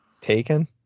taken